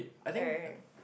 right right